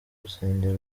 gusengera